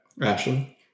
Ashley